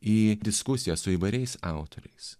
į diskusijas su įvairiais autoriais